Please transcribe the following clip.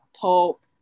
pulp